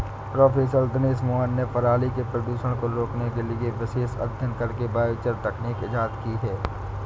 professor Dinesh Mohan ने पराली के प्रदूषण को रोकने के लिए विशेष अध्ययन करके बायोचार तकनीक इजाद की है